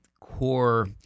core –